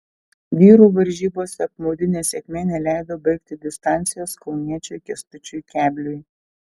vyrų varžybose apmaudi nesėkmė neleido baigti distancijos kauniečiui kęstučiui kebliui